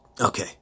Okay